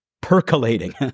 percolating